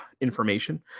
information